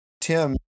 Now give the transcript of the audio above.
Tim